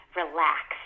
relax